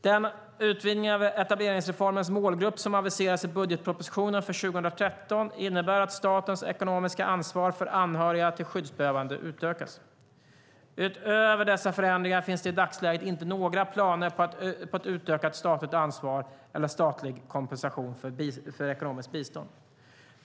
Den utvidgning av etableringsreformens målgrupp som aviserats i budgetpropositionen för 2013 innebär att statens ekonomiska ansvar för anhöriga till skyddsbehövande utökas. Utöver dessa förändringar finns det i dagsläget inte några planer på ett utökat statligt ansvar eller statlig kompensation för ekonomiskt bistånd.